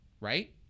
Right